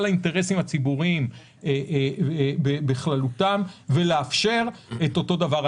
האינטרסים הציבוריים בכללותם ולאפשר את אותו דבר.